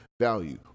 value